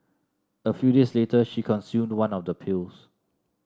a few days later she consumed one of the pills